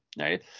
right